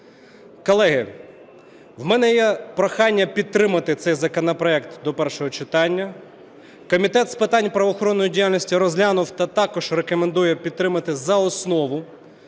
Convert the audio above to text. Колеги, в мене є прохання підтримати цей законопроект до першого читання. Комітет з питань правоохоронної діяльності розглянув та також рекомендує підтримати за основу.